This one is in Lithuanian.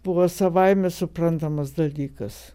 buvo savaime suprantamas dalykas